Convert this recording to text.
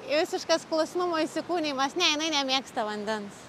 ji visiškas klusnumo įsikūnijimas ne jinai nemėgsta vandens